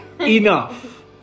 Enough